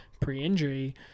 pre-injury